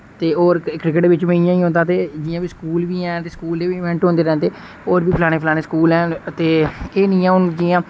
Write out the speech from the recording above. ते और क्रिकेट बिच बी इयां ही होंदा ते जियां बी स्कूल बी ऐं ते स्कूलें इवेंट होंदे रैह्ंदे और बी फलाने फलाने स्कूल हैन ते एह् नि ऐ हुन जि'यां